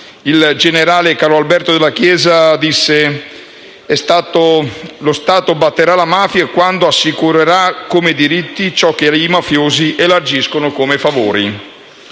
Il generale Carlo Alberto Dalla Chiesa disse che lo Stato avrebbe battuto la mafia quando avrebbe assicurato come diritti ciò che i mafiosi elargivano come favori.